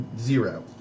zero